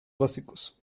básicos